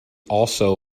also